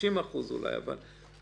ביחד אנחנו יכולים לבקר את זה,